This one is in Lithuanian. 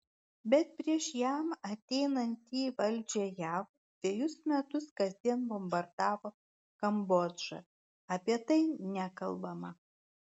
bet prieš jam ateinant į valdžią jav dvejus metus kasdien bombardavo kambodžą apie tai nekalbama